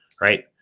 right